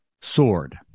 sword